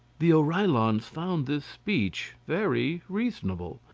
the oreillons found this speech very reasonable.